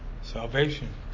Salvation